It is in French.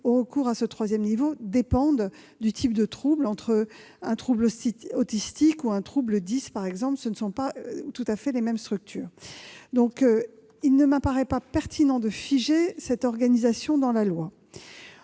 relatives à ce troisième niveau dépendent du type de troubles : un trouble autistique ou un trouble « dys », par exemple, ne font pas intervenir les mêmes structures. Il ne m'apparaît donc pas pertinent de figer cette organisation dans la loi.